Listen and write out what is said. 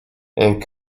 and